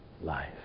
life